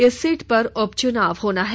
इस सीट पर उपचुनाव होना है